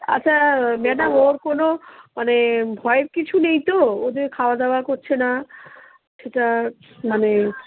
আচ্ছা ম্যাডাম ওর কোনো মানে ভয়ের কিছু নেই তো ও যে খাওয়া দাওয়া করছে না সেটা মানে